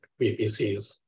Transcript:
VPCs